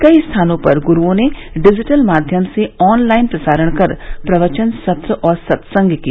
कई स्थानों पर गुरूओं ने डिजिटल माध्यम से ऑनलाइन प्रसारण कर प्रवचन सत्र और सत्संग किया